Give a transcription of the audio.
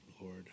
Lord